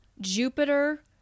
Jupiter